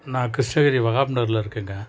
நான் கிருஷ்ணகிரி வகாப் நகரில் இருக்கேன்ங்க